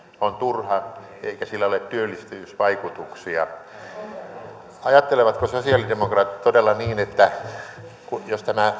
on turha eikä sillä ole työllistävyysvaikutuksia ajattelevatko sosialidemokraatit todella niin että jos tämä